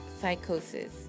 psychosis